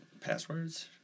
passwords